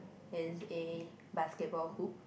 there's a basketball hoop